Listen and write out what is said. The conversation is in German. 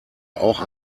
auch